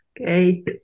Okay